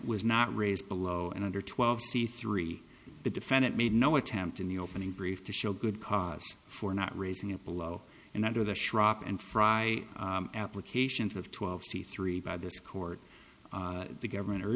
was not raised below and under twelve c three the defendant made no attempt in the opening brief to show good cause for not raising it below and under the schrock and fry applications of twelve c three by this court the government